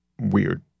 weird